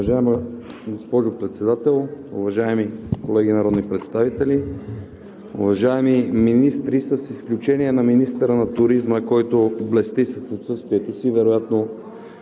Уважаема госпожо Председател, уважаеми колеги народни представители, уважаеми министри, с изключение на министъра на туризма, който блести с отсъствието си, вероятно